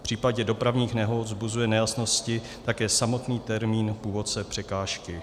V případě dopravních nehod vzbuzuje nejasnosti také samotný termín původce překážky.